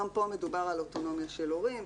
גם פה מדובר על אוטונומיה של הורים,